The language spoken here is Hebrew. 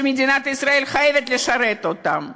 שמדינת ישראל חייבת לשרת אותם,